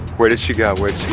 where did she go, where